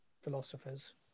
philosophers